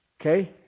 Okay